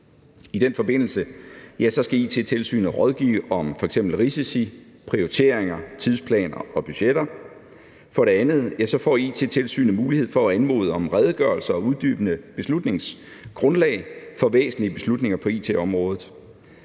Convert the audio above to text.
I den forbindelse skal It-tilsynet rådgive om f.eks. risici, prioriteringer, tidsplaner og budgetter. For det andet får It-tilsynet mulighed for at anmode om redegørelser og uddybende beslutningsgrundlag for væsentlige beslutninger på it-området.